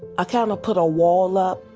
ah kind of put a wall up.